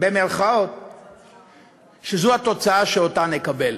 שזו התוצאה שנקבל.